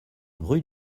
rue